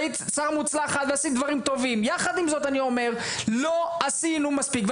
ואם שר מוצלח אז עושים דברים טובים יחד עם זאת אני אומר לא עשינו מספיק.